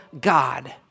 God